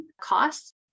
costs